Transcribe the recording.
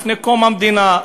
לפני קום המדינה,